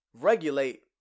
regulate